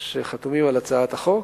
שחתומים על הצעת החוק,